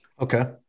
Okay